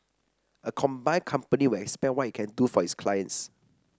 a combined company would expand what it can do for its clients